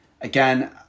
Again